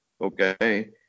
Okay